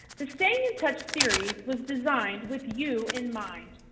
the staying in touch series was designed with you in mind.